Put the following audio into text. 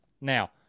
Now